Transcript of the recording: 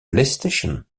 playstation